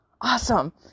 Awesome